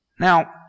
Now